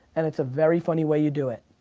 and it's a very funny way you do it.